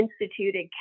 instituted